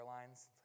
Airlines